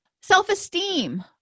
Self-esteem